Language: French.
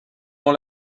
dans